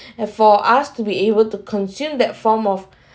and for us to be able to consume that form of